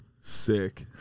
Sick